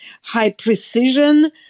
high-precision